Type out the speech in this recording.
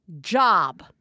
job